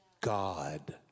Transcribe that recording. God